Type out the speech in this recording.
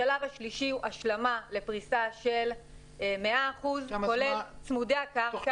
השלב השלישי הוא השלמה לפריסה של 100 אחוזים כולל צמודי הקרקע.